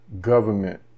government